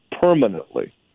permanently